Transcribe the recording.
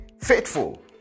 faithful